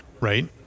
Right